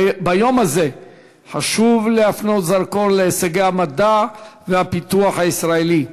ביום הזה חשוב להפנות זרקור להישגי המדע והפיתוח הישראליים,